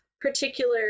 particular